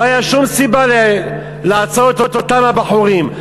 לא הייתה שום סיבה לעצור את אותם הבחורים,